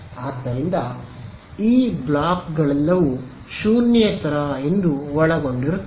ಆದ್ದರಿಂದ ಈ 3 ಬ್ಲಾಕ್ಗಳೆಲ್ಲವೂ ಶೂನ್ಯೇತರ ಎಂದು ಒಳಗೊಂಡಿರುತ್ತದೆ